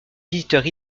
visiteurs